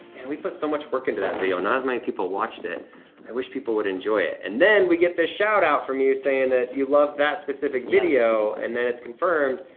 we put so much work into that video, not as many people watched it i wish people would enjoy it. and then we get this shout-out from you saying that you love that specific video. and then it's confirmed,